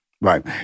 Right